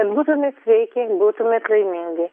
kad būtumėt sveiki būtumėt laimingi